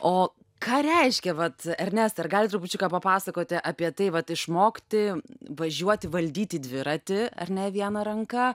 o ką reiškia vat ernestai ar galit trupučiuką papasakoti apie tai vat išmokti važiuoti valdyti dviratį ar ne viena ranka